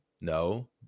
No